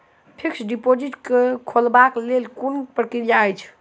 Fixed deposit खोलबाक लेल केँ कुन प्रक्रिया अछि?